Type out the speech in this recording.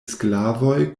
sklavoj